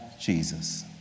Jesus